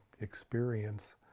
experience